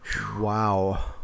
Wow